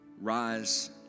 rise